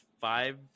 five